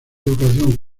educación